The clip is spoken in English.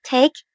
Take